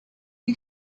you